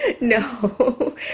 No